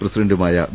പ്രസിഡന്റുമായ വി